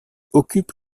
occupe